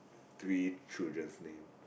three childrens name